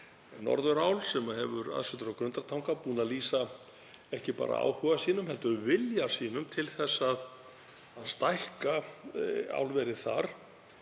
Norðurál, sem hefur aðsetur á Grundartanga, búið að lýsa, ekki bara áhuga sínum heldur vilja sínum til að stækka álverið.